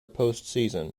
postseason